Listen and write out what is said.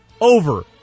over